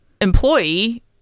employee